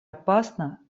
опасно